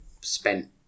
spent